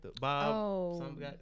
Bob